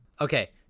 Okay